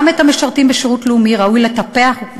גם את המשרתים בשירות לאומי ראוי לטפח,